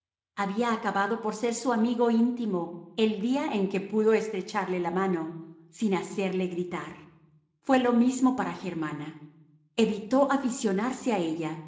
había acabado por ser su amigo íntimo el día en que pudo estrecharle la mano sin hacerle gritar fue lo mismo para germana evitó aficionarse a ella